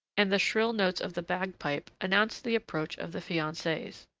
and the shrill notes of the bagpipe announced the approach of the fiances.